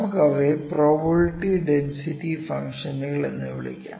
നമുക്കു അവയെ probability density ഫംഗ്ഷനുകൾ എന്നും വിളിക്കാം